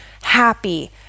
happy